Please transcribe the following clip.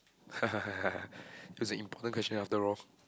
it was an important question after all